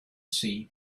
sea